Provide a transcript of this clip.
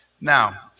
Now